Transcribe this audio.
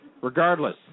regardless